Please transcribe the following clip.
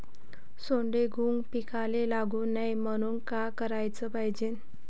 सोंडे, घुंग पिकाले लागू नये म्हनून का कराच पायजे?